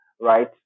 right